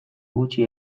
gutxi